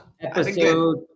Episode